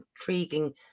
intriguing